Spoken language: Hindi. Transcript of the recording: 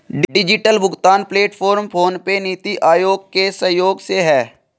डिजिटल भुगतान प्लेटफॉर्म फोनपे, नीति आयोग के सहयोग से है